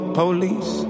police